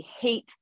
hate